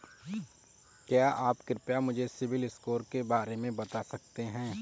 क्या आप कृपया मुझे सिबिल स्कोर के बारे में बता सकते हैं?